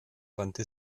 wandte